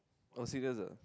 oh serious [aj]